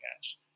cash